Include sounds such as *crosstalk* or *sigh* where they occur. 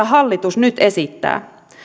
*unintelligible* hallitus nyt esittää